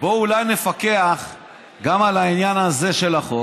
בואו אולי נפקח גם על העניין הזה של החוק.